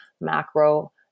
macro